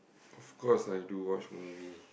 of course I do watch movie